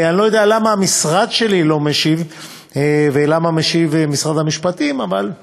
ואני לא יודע למה המשרד שלי לא משיב ולמה משרד המשפטים משיב,